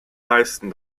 meisten